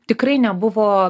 tikrai nebuvo